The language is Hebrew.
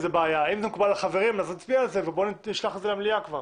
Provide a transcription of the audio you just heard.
אם זה מקובל על החברים אז נצביע על זה ונשלח את זה למליאה כבר